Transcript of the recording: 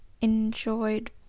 enjoyed